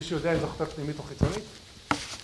מישהו יודע אם זכתה פנימית או חיצונית?